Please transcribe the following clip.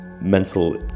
mental